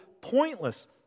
pointless